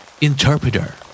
Interpreter